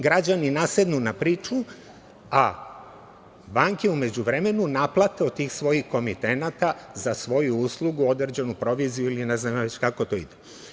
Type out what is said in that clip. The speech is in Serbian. Građani nasednu na priču, a banke u međuvremenu naplate od tih svojih komitenata za svoju uslugu određenu proviziju ili ne znam kako to već ide.